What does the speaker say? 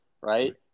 right